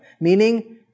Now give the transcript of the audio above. meaning